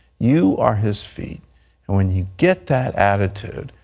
you are his feet. and when you get that attitude,